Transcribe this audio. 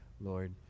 Lord